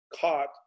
caught